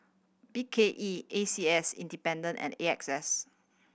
B K E A C S Independent and A X S